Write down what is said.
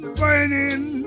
burning